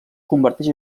converteix